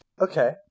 okay